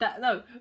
No